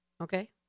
Okay